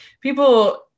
people